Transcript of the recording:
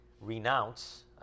renounce